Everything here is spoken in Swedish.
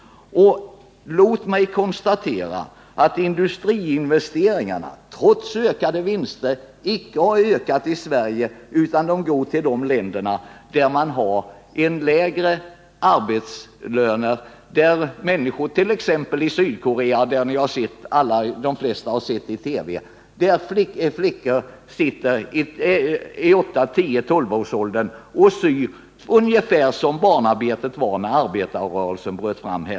Låt mig konstatera att industriinvesteringarna trots ökade vinster icke har ökat i Sverige, utan de går till de länder där man har lägre arbetslöner. De flesta har ju i TV sett exempelvis hur flickor i Sydkorea i 10-12-årsåldern sitter och syr, ungefär som då man hade barnarbete här i Sverige, när arbetarrörelsen bröt fram.